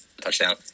touchdown